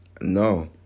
No